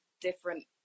different